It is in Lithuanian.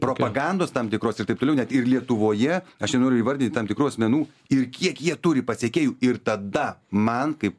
propagandos tam tikros ir taip toliau net ir lietuvoje aš nenoriu įvardyt tam tikrų asmenų ir kiek jie turi pasekėjų ir tada man kaip